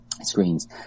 screens